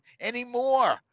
anymore